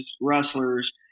wrestlers